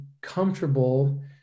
comfortable